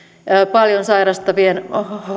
paljon sairastavien